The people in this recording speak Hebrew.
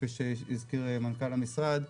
כפי שהזכיר מנכ"ל המשרד,